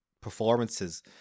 performances